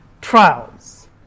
trials